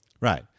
Right